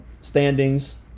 standings